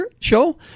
Show